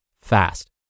fast